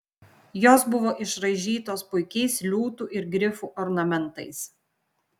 jos buvo išraižytos puikiais liūtų ir grifų ornamentais